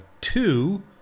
two